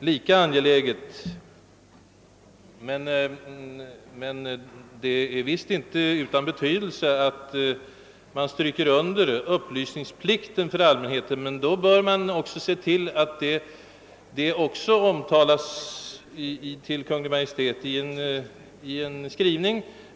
lika angeläget men visst inte utan betydelse att man stryker under upplysningsplikten för allmänheten. Detta bör emellertid riksdagen i så fall i skrivelse till Kungl. Maj:t ge till känna.